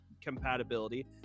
compatibility